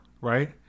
right